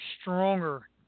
stronger